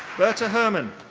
birte herrmann.